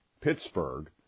Pittsburgh